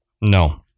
No